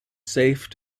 safe